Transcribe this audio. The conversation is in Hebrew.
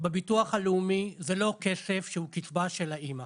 בביטוח הלאומי זה לא כסף שהוא קצבה של האימא.